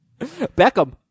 Beckham